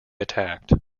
attacked